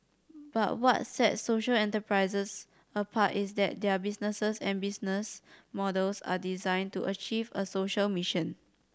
but what sets social enterprises apart is that their businesses and business models are designed to achieve a social mission